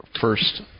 first